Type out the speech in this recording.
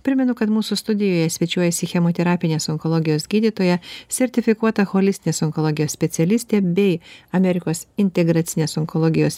primenu kad mūsų studijoje svečiuojasi chemoterapinės onkologijos gydytoja sertifikuota holistinės onkologijos specialistė bei amerikos integracinės onkologijos